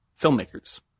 filmmakers